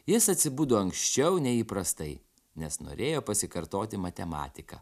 jis atsibudo anksčiau nei įprastai nes norėjo pasikartoti matematiką